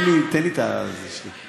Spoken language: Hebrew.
תן לי את הזמן שלי.